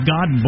God